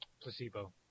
Placebo